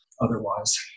otherwise